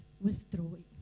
withdrawing